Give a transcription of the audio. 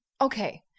Okay